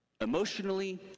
emotionally